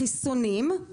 חיסונים,